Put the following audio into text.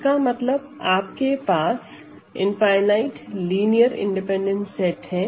इसका मतलब आप के पास इनफाइनाईट लिनियर इंडिपैंडेंट सेट है